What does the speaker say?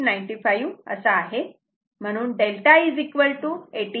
95 असा आहे म्हणून 𝛅 18